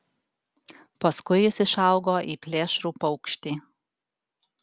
paskui jis išaugo į plėšrų paukštį